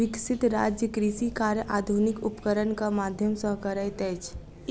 विकसित राज्य कृषि कार्य आधुनिक उपकरणक माध्यम सॅ करैत अछि